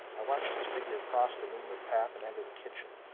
i watched his figure cross the moonlit path and enter the kitchen.